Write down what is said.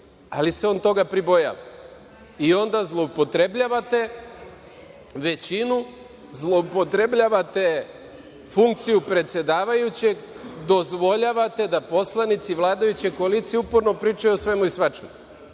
ali se on toga pribojava. Onda zloupotrebljavate većinu, zloupotrebljavate funkciju predsedavajućeg, dozvoljavate da poslanici vladajuće koalicije uporno pričaju o svemu i svačemu.